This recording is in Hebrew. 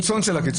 החוק הזה